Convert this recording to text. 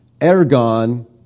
ergon